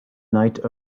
night